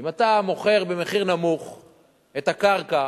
אם אתה מוכר במחיר נמוך את הקרקע,